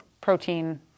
protein